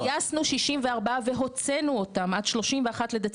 גייסנו 64 מיליון והוצאנו ואתם עד 31.12.22,